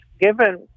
given